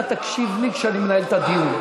אתה תקשיב לי כשאני מנהל את הדיון.